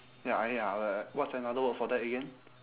ya I ya what's another word for that again